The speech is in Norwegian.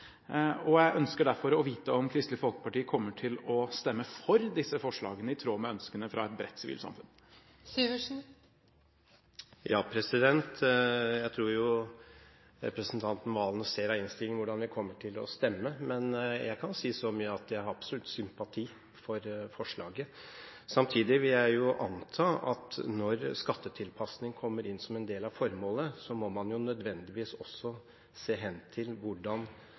skatteparadis. Jeg ønsker derfor å vite om Kristelig Folkeparti kommer til å stemme for disse forslagene, i tråd med ønskene fra et bredt sivilsamfunn. Jeg tror representanten Serigstad Valen ser av innstillingen hvordan vi kommer til å stemme, men jeg kan si så mye som at jeg har absolutt sympati for forslaget. Samtidig vil jeg anta at når skattetilpasning kommer inn som en del av formålet, må man nødvendigvis også se hen til hvordan